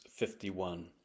51